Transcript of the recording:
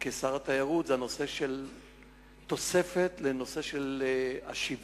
שר התיירות, וזה התוספת לנושא השיווק.